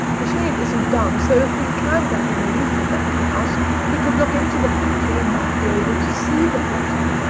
the shade isn't down, so if we climbed up on the roof of that little house we could look into the pantry and might be able to see the platter.